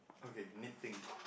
okay neating